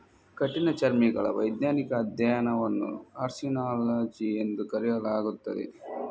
ಕಠಿಣಚರ್ಮಿಗಳ ವೈಜ್ಞಾನಿಕ ಅಧ್ಯಯನವನ್ನು ಕಾರ್ಸಿನಾಲಜಿ ಎಂದು ಕರೆಯಲಾಗುತ್ತದೆ